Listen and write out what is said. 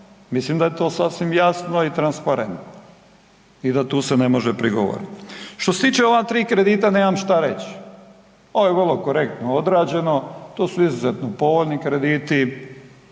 Mislim da je to sasvim jasno i transparentno i da tu se ne može prigovoriti. Što se tiče ova 3 kredita nema šta reći. Ovo je vrlo korektno odrađeno to su izuzetno povoljni krediti,